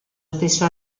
stesso